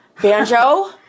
banjo